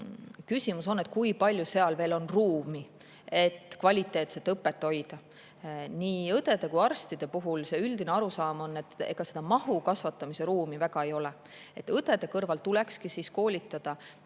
küsimus on, kui palju seal veel on ruumi, et kvaliteetset õpet hoida. Nii õdede kui ka arstide puhul on üldine arusaam, et ega mahu kasvatamise ruumi väga ei ole. Õdede kõrval tulekski koolitada